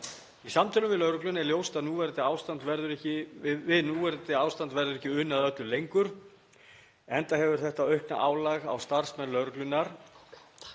Í samtölum við lögregluna er ljóst að við núverandi ástand verður ekki unað öllu lengur enda eykur þetta aukna álag á starfsmenn lögreglunnar,